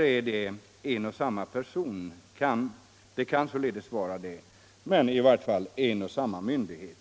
det militära är det en och samma myndighet.